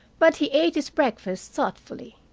but he ate his breakfast thoughtfully.